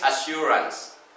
assurance